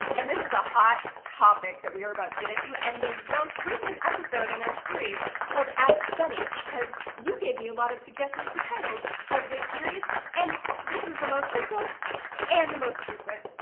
and this is a hot topic that we are about to get into and the most recent episode in our series called ask sunny, because you gave me a lot of suggestions for titles of the series and this was the most simple and the most frequent.